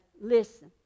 listen